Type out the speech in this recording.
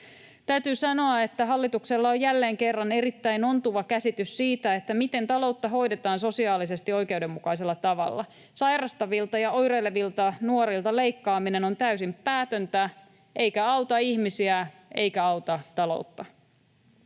Täytyy sanoa, että hallituksella on jälleen kerran erittäin ontuva käsitys siitä, miten taloutta hoidetaan sosiaalisesti oikeudenmukaisella tavalla. Sairastavilta ja oireilevilta nuorilta leikkaaminen on täysin päätöntä eikä auta ihmisiä eikä auta taloutta.